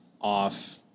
off